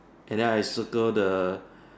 and I circle the